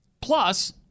Plus